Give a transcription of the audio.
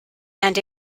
and